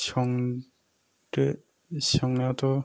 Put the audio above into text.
संदो संनायावथ'